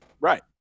Right